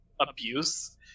abuse